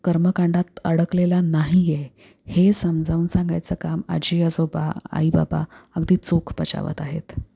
कर्मकांडात अडकलेला नाही आहे हे समजावून सांगायचं काम आजी आजोबा आई बाबा अगदी चोख बजावत आहेत